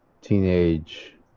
Teenage